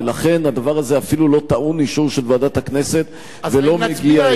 ולכן הדבר הזה אפילו לא טעון אישור של ועדת הכנסת ולא מגיע אלינו.